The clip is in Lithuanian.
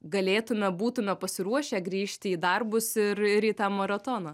galėtume būtume pasiruošę grįžti į darbus ir ir į tą maratoną